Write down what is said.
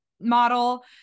Model